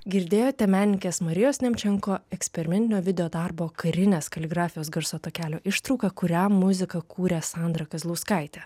girdėjote menininkės marijos nemčenko eksperimentinio videodarbo karinės kaligrafijos garso takelio ištrauką kuriam muziką kūrė sandra kazlauskaitė